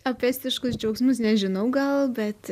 apie estiškus džiaugsmus nežinau gal bet